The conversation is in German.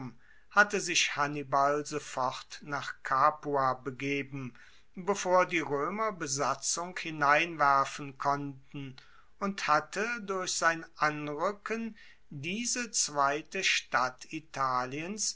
hatte sich hannibal sofort nach capua begeben bevor die roemer besatzung hineinwerfen konnten und hatte durch sein anruecken diese zweite stadt italiens